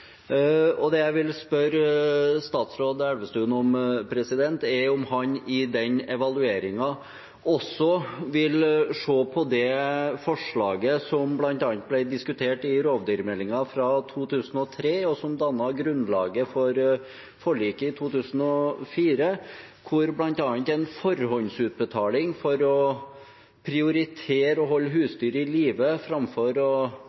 Det jeg vil spørre statsråd Elvestuen om, er om han i den evalueringen også vil se på det forslaget som bl.a. ble diskutert i rovdyrmeldingen fra 2003, og som dannet grunnlaget for forliket i 2004, hvor bl.a. en forhåndsutbetaling for å prioritere å holde husdyr i live framfor å